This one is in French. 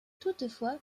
toutefois